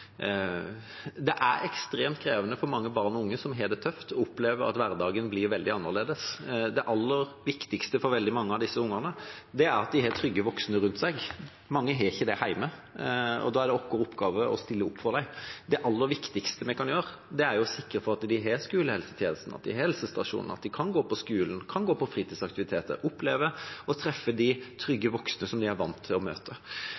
det er ekstremt krevende for mange barn og unge som har det tøft, å oppleve at hverdagen blir veldig annerledes. Det aller viktigste for veldig mange av disse ungene er at de har trygge voksne rundt seg. Mange har ikke det hjemme, og da er det vår oppgave å stille opp for dem. Det aller viktigste vi kan gjøre, er å sikre at de har skolehelsetjenesten, at de har helsestasjonen, at de kan gå på skolen, kan gå på fritidsaktiviteter, kan oppleve å treffe de trygge voksne som de er vant til å møte.